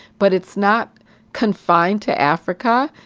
but it's not confined to africa,